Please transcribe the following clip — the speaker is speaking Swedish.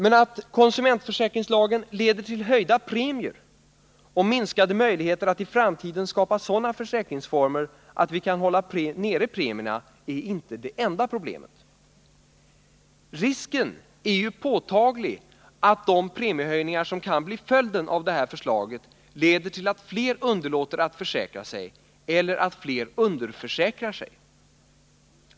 Men att konsumentförsäkringslagen leder till höjda premier och minskade möjligheter att i framtiden skapa sådana försäkringsformer att vi kan hålla premierna nere är inte det enda problemet. Risken är ju påtaglig att de premiehöjningar som kan bli följden av detta förslag leder till att flera underlåter att försäkra sig eller att fler underförsäkrar sig.